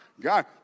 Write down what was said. God